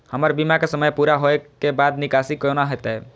हमर बीमा के समय पुरा होय के बाद निकासी कोना हेतै?